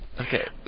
Okay